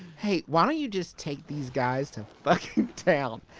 hey, why don't you just take these guys to fucking town?